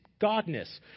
godness